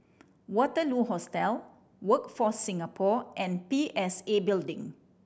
Waterloo Hostel Workforce Singapore and P S A Building